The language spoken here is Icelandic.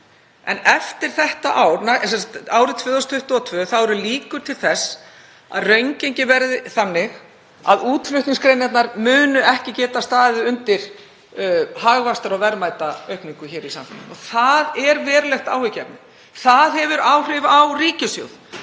En eftir þetta ár, árið 2022, eru líkur til þess að raungengið verði þannig að útflutningsgreinarnar muni ekki geta staðið undir hagvaxtar- og verðmætaaukningu í samfélaginu. Það er verulegt áhyggjuefni og það hefur áhrif á ríkissjóð.